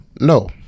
no